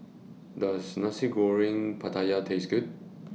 Does Nasi Goreng Pattaya Taste Good